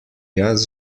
jaz